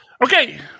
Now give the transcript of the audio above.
Okay